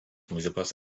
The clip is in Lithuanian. muzikos